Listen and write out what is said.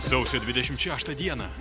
sausio dvidešimt šeštą dieną